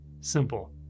Simple